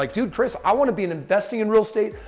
like dude, kris. i want to be an investing in real estate,